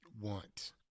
want